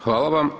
Hvala vam.